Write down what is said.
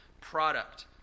product